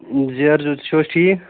چھِوا ٹھیٖک